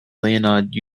leonard